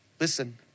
listen